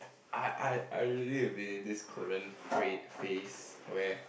I I I lately have been in this Korean phrase phase where